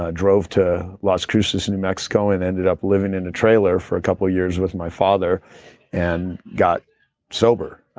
ah drove to las cruces, new mexico and ended up living in a trailer for a couple years with my father and got sober.